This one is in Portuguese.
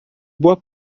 boa